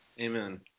Amen